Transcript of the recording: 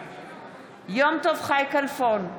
בעד יום טוב חי כלפון,